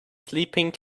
sleeping